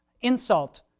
insult